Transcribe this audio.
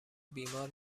بیمار